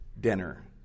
dinner